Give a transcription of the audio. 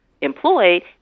employed